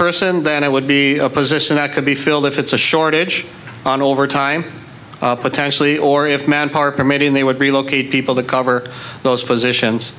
person then i would be a position that could be filled if it's a shortage on overtime potentially or if manpower permitting they would be located people to cover those positions